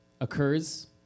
occurs